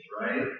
right